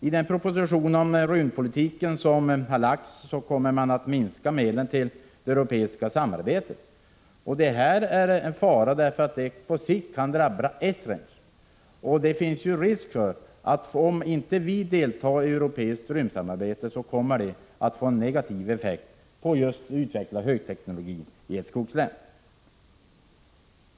I den proposition om rymdpolitiken som har lagts fram föreslås en minskning av medlen till det europeiska samarbetet. Det här är en fara. Det kan på sikt drabba Esrange. Det finns risk för att det kommer att få en negativ effekt när det gäller just utvecklande av högteknologin i ett skogslän, om inte vi deltar i det europeiska rymdsamarbetet.